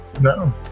No